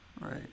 Right